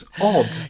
Odd